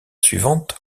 suivante